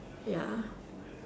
ya